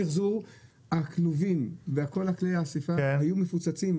הכלובים וכל כלי האיסוף היו מפוצצים.